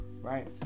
right